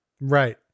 Right